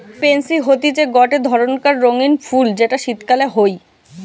pansy হতিছে গটে ধরণকার রঙ্গীন ফুল যেটা শীতকালে হই